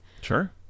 Sure